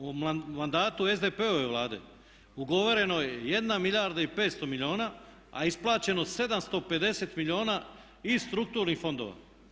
U mandatu SDP-ove Vlade ugovoreno je 1 milijarda i 500 milijuna, a isplaćeno 750 milijuna iz strukturnih fondova.